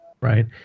Right